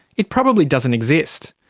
it probably doesn't exist.